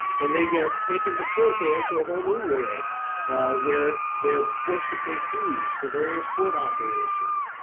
and they get taken to court, they enter a whole new world where they're forced to pay fees for various court operations,